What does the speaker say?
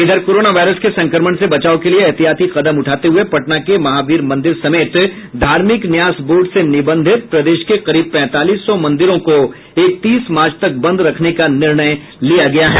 इधर corona virus के संक्रमण से बचाव के लिये एहतियाती कदम उठाते हुये पटना के महावीर मंदिर समेत धार्मिक न्यास बोर्ड से निबंधित प्रदेश के करीब पैंतालीस सौ मंदिरों को इकतीस मार्च तक बंद रखने का निर्णय लिया गया है